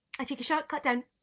i take a short cut down,